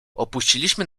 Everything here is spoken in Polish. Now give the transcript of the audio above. opuściliśmy